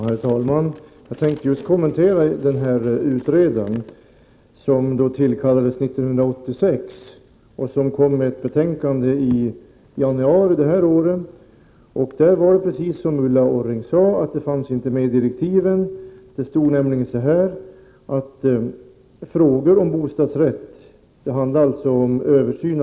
Herr talman! Jag tänkte just nämna den utredare som tillkallades 1986, och som presenterade ett betänkande i januari i år om översyn av bostadsrättslagen. Precis som Ulla Orring sade fanns inte frågan om inteckning i bostadsrätt med i direktiven.